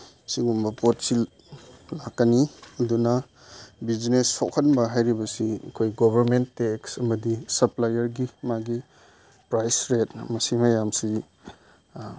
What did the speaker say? ꯃꯁꯤꯒꯨꯝꯕ ꯄꯣꯠꯁꯤ ꯂꯥꯛꯀꯅꯤ ꯑꯗꯨꯅ ꯕꯤꯖꯤꯅꯦꯁ ꯁꯣꯛꯍꯟꯕ ꯍꯥꯏꯔꯤꯕꯁꯤ ꯑꯩꯈꯣꯏ ꯒꯣꯕꯔꯃꯦꯟ ꯇꯦꯛꯁ ꯑꯃꯗꯤ ꯁꯞꯄ꯭ꯂꯥꯏꯌꯔꯒꯤ ꯃꯥꯒꯤ ꯄ꯭ꯔꯥꯏꯁ ꯔꯦꯠ ꯃꯁꯤ ꯃꯌꯥꯝꯁꯤ